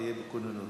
תהיה בכוננות.